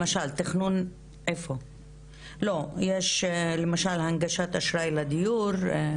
למשל תכנון, למשל הנגשת אשראי לדיור,